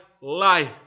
life